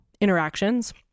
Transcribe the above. interactions